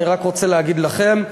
אני רק רוצה להגיד לכם,